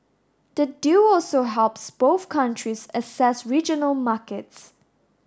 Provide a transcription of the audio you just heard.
the deal also helps both countries access regional markets